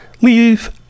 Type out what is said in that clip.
leave